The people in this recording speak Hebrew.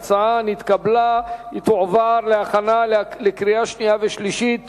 ההצעה נתקבלה ותועבר להכנה לקריאה שנייה וקריאה שלישית